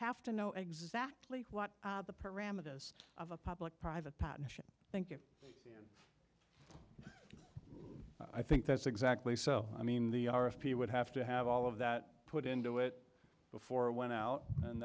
have to know exactly what the parameters of a public private partnership thank you i think that's exactly so i mean the are of people would have to have all of that put into it before it went out and